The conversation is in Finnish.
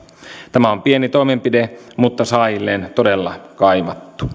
tämä on pieni toimenpide mutta saajilleen todella kaivattu